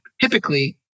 Typically